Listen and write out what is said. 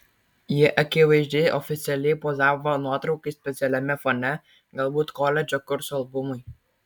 ji akivaizdžiai oficialiai pozavo nuotraukai specialiame fone galbūt koledžo kurso albumui